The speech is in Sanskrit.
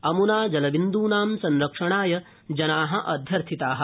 अम्ना अजलबिन्द्रनां संरक्षणाय जना अध्यर्थिता